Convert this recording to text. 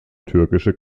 türkische